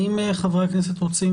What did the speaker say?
חבר הכנסת רוטמן